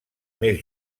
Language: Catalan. més